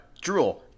Drool